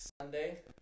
Sunday